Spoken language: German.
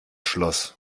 schluss